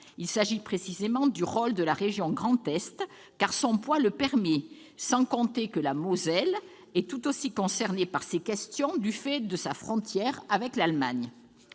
il s'agit précisément du rôle de la région Grand Est, car son poids le permet, sans compter que la Moselle est tout aussi concernée par ces questions du fait de sa frontière avec l'Allemagne.